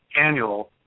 annual